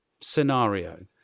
scenario